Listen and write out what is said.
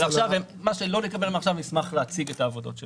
נשמח להציג את העבודות שנעשו.